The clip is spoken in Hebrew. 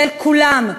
של כולם,